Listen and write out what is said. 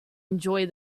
enjoy